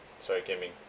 sorry it came in